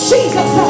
Jesus